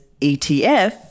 ETF